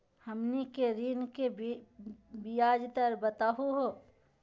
हमनी के ऋण के ब्याज दर बताहु हो?